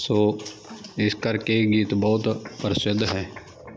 ਸੋ ਇਸ ਕਰਕੇ ਇਹ ਗੀਤ ਬਹੁਤ ਪ੍ਰਸਿੱਧ ਹੈ